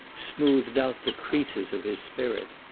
smoothed out the creases of his spirit.